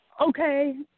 Okay